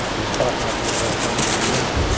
it's quite likely that they're planning one now.